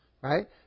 Right